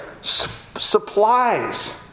supplies